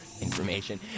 information